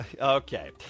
Okay